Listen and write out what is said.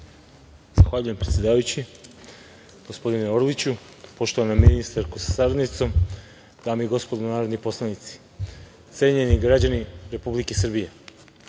Zahvaljujem, predsedavajući gospodine Orliću. Poštovana ministarka sa saradnicom, dame i gospodo narodni poslanici, cenjeni građani Republike Srbije,